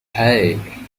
hey